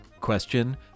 question